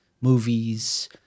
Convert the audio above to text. movies